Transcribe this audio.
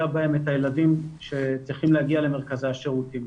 בהם את הילדים שצריכים להגיע למרכזי השירותים.